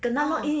ah